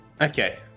Okay